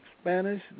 Spanish